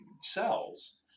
cells